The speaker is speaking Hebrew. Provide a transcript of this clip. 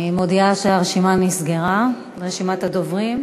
אני מודיעה שהרשימה נסגרה, רשימת הדוברים.